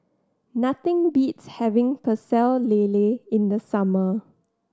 nothing beats having Pecel Lele in the summer